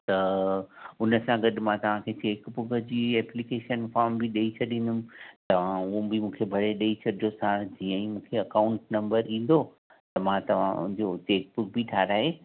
त हुन सां गॾु मां तव्हांखे चेकबुक जी एपलिकेशन फ़ॉम बि ॾेई छॾिंदमि तव्हां उहा बि मूंखे भरे ॾेई छॾिजो साणु जीअं ई मूंखे अकाउंट नंबर ईंदो त मां तव्हां जो चेकबुक बि ठाराए